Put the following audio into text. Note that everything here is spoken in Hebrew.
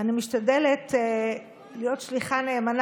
ואני משתדלת להיות שליחה נאמנה.